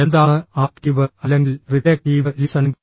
എന്താണ് ആക്റ്റീവ് അല്ലെങ്കിൽ reflective listening